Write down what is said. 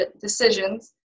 decisions